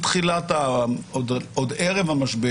יש גם קהילות אחרות, אבל באמת דומיננטיות של חב"ד.